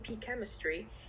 chemistry